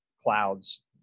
clouds